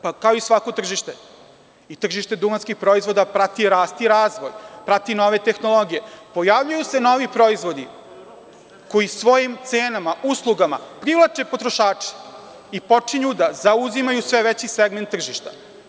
Pa, kao i svako tržište i tržište duvanskih proizvoda prati rast i razvoj, prati nove tehnologije, pojavljuju se novi proizvodi koji svojim cenama, uslugama, privlače potrošače i počinju da zauzimaju sve veći segment tržišta.